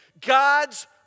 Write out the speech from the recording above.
God's